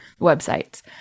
websites